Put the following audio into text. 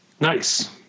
nice